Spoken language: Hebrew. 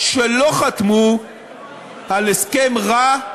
שלא חתמו על הסכם רע,